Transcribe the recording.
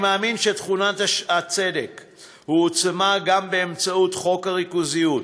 אני מאמין שתכונת הצדק הועצמה גם באמצעות חוק הריכוזיות,